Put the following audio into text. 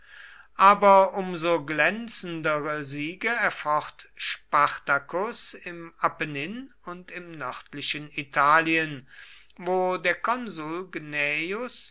aber um so glänzendere siege erfocht spartacus im apennin und im nördlichen italien wo der konsul gnaeus